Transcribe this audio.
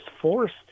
forced